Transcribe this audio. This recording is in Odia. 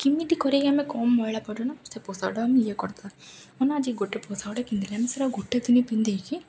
କେମିତି କରିକି ଆମେ କମ୍ ମଇଳା ସେ ପୋଷାକଟା ଆମେ ଇଏ କରିଦବା ମାନେ ଆଜି ଗୋଟେ ପୋଷାକଟେ ପିନ୍ଧିଲେ ଆମେ ସେଇଟା ଗୋଟେ ଦିନ ପିନ୍ଧିକି